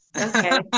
okay